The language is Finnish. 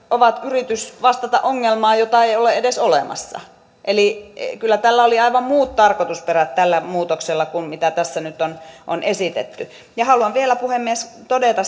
ovat yritys vastata ongelmaan jota ei ole edes olemassa eli kyllä tällä muutoksella oli aivan muut tarkoitusperät kuin mitä tässä nyt on on esitetty haluan vielä puhemies todeta